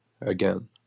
again